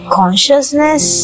consciousness